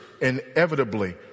inevitably